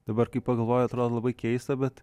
dabar kai pagalvoji atrodo labai keista bet